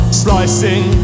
slicing